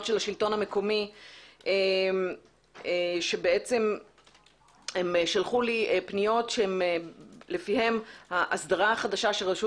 של השלטון המקומי שהם שלחו לי פניות שלפיהן ההסדרה החדשה שרשות